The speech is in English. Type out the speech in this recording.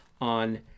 on